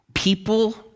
People